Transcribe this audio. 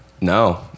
No